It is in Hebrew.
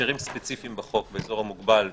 הקשרים ספציפיים בחוק באזור המוגבל בעיקר,